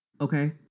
okay